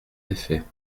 effets